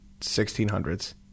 1600s